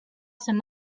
some